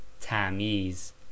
Tamiz